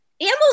animals